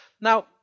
now